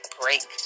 break